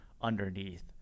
underneath